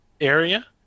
area